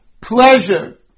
pleasure